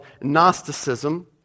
Gnosticism